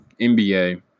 NBA